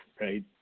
right